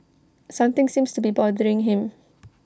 something seems to be bothering him